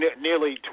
nearly